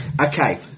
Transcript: okay